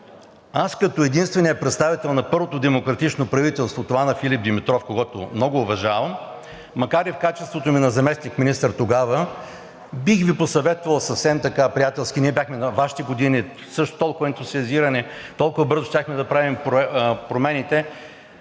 аз като единствения представител на първото демократично правителство – това на Филип Димитров, когото много уважавам, макар и в качеството ми на заместник-министър тогава, бих Ви посъветвал съвсем приятелски: ние бяхме на Вашите години също толкова ентусиазирани, толкова бързо щяхме да правим промените